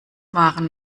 waren